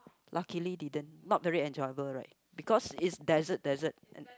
luckily didn't not very enjoyable right because it's desert desert